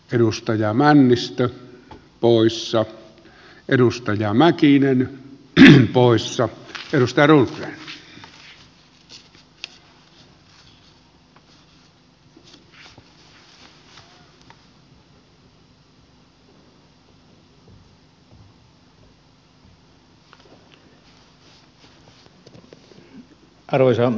edustaja männystä ouyssa edustajia mäkinen on poissa arvoisa puhemies